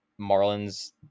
Marlins